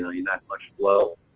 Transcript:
not much flow,